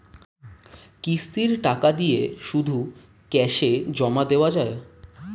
কিস্তির টাকা দিয়ে শুধু ক্যাসে জমা দেওয়া যায়?